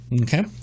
Okay